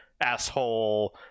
asshole